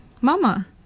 Mama